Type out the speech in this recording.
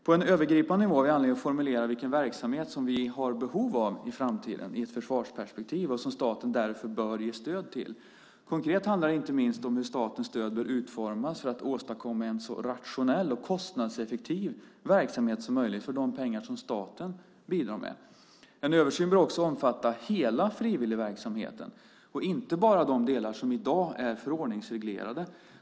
På en övergripande nivå finns det anledning att formulera vilken verksamhet som vi har behov av i framtiden i ett försvarsperspektiv och som staten därför bör ge stöd till. Konkret handlar det inte minst om hur statens stöd bör utformas för att åstadkomma en så rationell och kostnadseffektiv verksamhet som möjligt för de pengar som staten bidrar med. En översyn bör också omfatta hela frivilligverksamheten och inte bara de delar som i dag är förordningsreglerade.